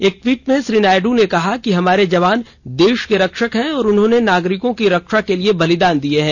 एक ट्वीट में श्री नायडू ने कहा कि हमारे जवान देश के रक्षक हैं और उन्होंने नागरिकों की रक्षा के लिए बलिदान दिए हैं